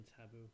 taboo